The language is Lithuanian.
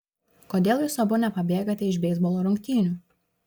kodėl jūs abu nepabėgate iš beisbolo rungtynių